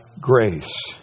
grace